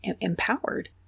empowered